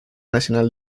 nacional